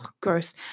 gross